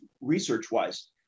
research-wise